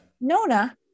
Nona